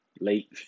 late